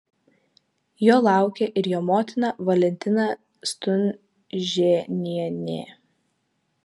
jo laukia ir jo motina valentina stunžėnienė